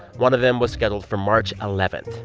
one of them was scheduled for march eleven.